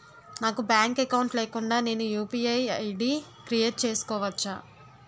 నాకు bank account లేకుండా నేను యు.పి.ఐ ఐ.డి క్రియేట్ చేసుకోవచ్చా?